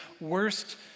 worst